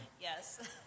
Yes